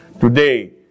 Today